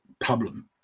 problem